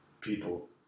people